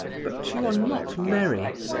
but you are not merry.